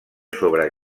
sobre